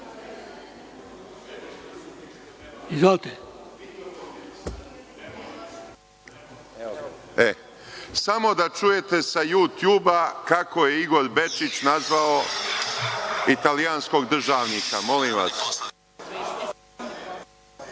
Šešelj** Samo da čujete sa „Jutjuba“ kako je Igor Bečić nazvao italijanskog državnika, molim vas.